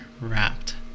wrapped